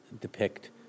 depict